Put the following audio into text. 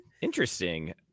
interesting